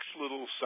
little